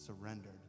Surrendered